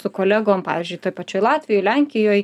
su kolegom pavyzdžiui toj pačioj latvijoj lenkijoj